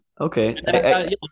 okay